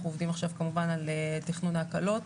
עובדים עכשיו כמובן על תכנון ההקלות.